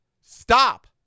Stop